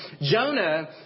Jonah